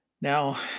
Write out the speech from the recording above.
Now